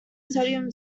sodium